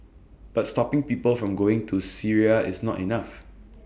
but stopping people from going to Syria is not enough